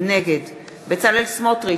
נגד בצלאל סמוטריץ,